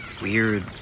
weird